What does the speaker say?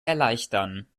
erleichtern